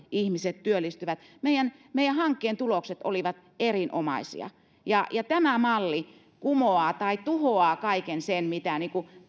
ihmiset työllistyivät meidän meidän hankkeemme tulokset olivat erinomaisia tämä malli kumoaa tai tuhoaa kaiken sen mitä